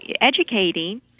educating